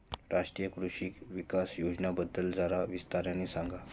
राष्ट्रीय कृषि विकास योजनेबद्दल जरा विस्ताराने सांगा